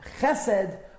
chesed